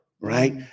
right